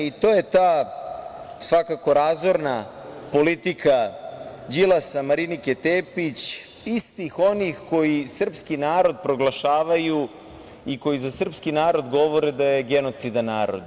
I to je ta razorna politika Đilasa, Marinike Tepić, istih onih koji srpski narod proglašavaju i koji za srpski narod govore da je genocidan narod.